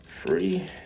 free